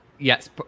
yes